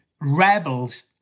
rebels